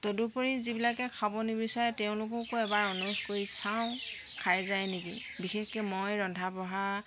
তদুপৰি যিবিলাকে খাব নিবিচাৰে তেওঁলোককো এবাৰ অনুৰোধ কৰি চাওঁ খাই যায় নিকি বিশেষকৈ মই ৰন্ধা বঢ়া